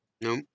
No